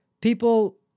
people